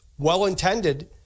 well-intended